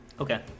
Okay